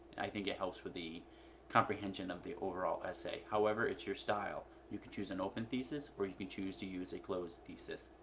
i think it helps with the comprehension of the overall essay. however, it's your style you can choose an open thesis or you can choose to use a closed thesis.